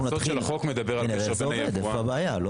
איפה הבעיה.